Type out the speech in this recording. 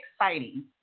exciting